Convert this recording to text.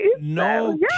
No